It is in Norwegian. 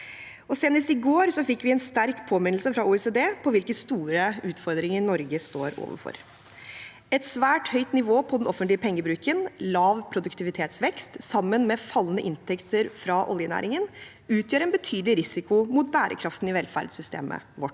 Senest i går fikk vi en sterk påminnelse fra OECD om hvilke store utfordringer Norge står overfor. Et svært høyt nivå på den offentlige pengebruken og lav produktivitetsvekst sammen med fallende inntekter fra oljenæringen utgjør en betydelig risiko for bærekraften i velferdssystemet vårt.